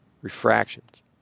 refractions